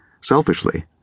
selfishly